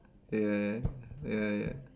ya ya ya ya